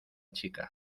chica